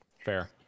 Fair